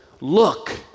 look